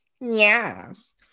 yes